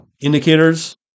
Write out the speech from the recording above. indicators